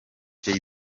jay